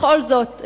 בכל זאת,